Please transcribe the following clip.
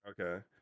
Okay